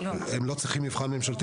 הם לא צריכים אחר כך מבחן ממשלתי.